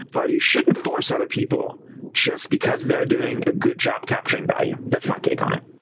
but you shouldn't force other people just because they're doing a good job capturing value. that's my take on it.